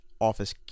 Office –